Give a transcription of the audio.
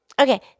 okay